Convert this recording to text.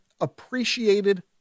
appreciated